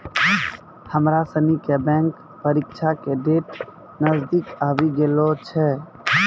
हमरा सनी के बैंक परीक्षा के डेट नजदीक आवी गेलो छै